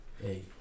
Hey